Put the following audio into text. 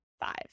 five